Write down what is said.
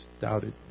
doubted